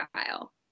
style